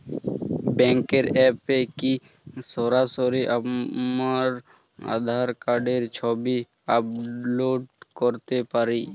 ব্যাংকের অ্যাপ এ কি সরাসরি আমার আঁধার কার্ডের ছবি আপলোড করতে পারি?